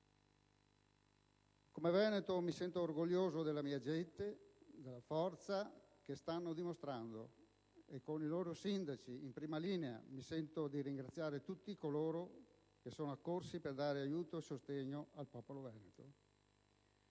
Come veneto mi sento orgoglioso della mia gente, della forza che sta dimostrando. Con i sindaci in prima linea, mi sento di ringraziare tutti coloro che sono accorsi per dare aiuto e sostegno al popolo veneto: